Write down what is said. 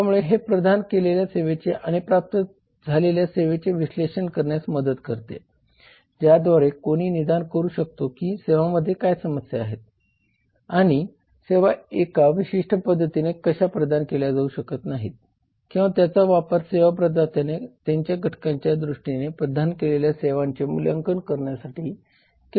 त्यामुळे हे प्रदान केलेल्या सेवेचे आणि प्राप्त झालेल्या सेवेचे विश्लेषण करण्यास मदत करते ज्याद्वारे कोणी निदान करू शकतो की सेवांमध्ये काय समस्या आहे आणि सेवा एका विशिष्ट पद्धतीने का प्रदान केली जाऊ शकत नाही किंवा त्याचा वापर सेवा प्रदात्याने त्याच्या घटकांच्या दृष्टीने प्रदान केलेल्या सेवांचे मूल्यांकन करण्यासाठी केला जाऊ शकतो